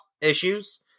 issues